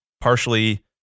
partially